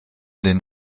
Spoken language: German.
den